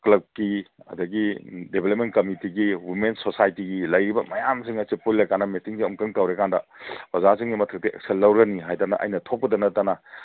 ꯀ꯭ꯂꯞꯀꯤ ꯑꯗꯒꯤ ꯗꯦꯚꯂꯞꯄꯦꯟ ꯀꯝꯃꯤꯇꯤꯒꯤ ꯋꯨꯃꯦꯟ ꯁꯣꯁꯥꯏꯇꯤꯒꯤ ꯂꯩꯔꯤꯕ ꯃꯌꯥꯝꯁꯤꯡ ꯑꯁꯦ ꯄꯨꯜꯂꯀꯥꯟꯗ ꯃꯤꯇꯤꯡꯁꯦ ꯑꯃꯨꯛꯇꯪ ꯇꯧꯔꯦꯀꯥꯟꯗ ꯑꯣꯖꯥꯁꯤꯡꯒꯤ ꯃꯊꯛꯇ ꯑꯦꯛꯁꯟ ꯂꯧꯔꯅꯤ ꯍꯥꯏꯗꯅ ꯑꯩꯅ ꯊꯣꯛꯄꯇ ꯅꯠꯇꯅ